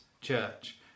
church